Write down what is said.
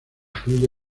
incluye